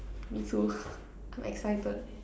me too I'm excited